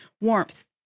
warmth